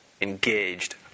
engaged